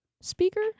Speaker